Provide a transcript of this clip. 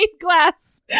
glass